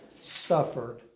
suffered